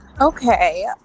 Okay